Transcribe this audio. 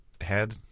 head